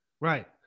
Right